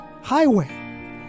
highway